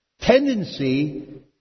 tendency